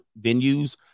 venues